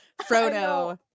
Frodo